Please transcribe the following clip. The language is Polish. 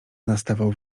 nastawał